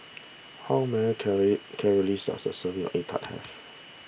how many calories calories does a serving Egg Tart have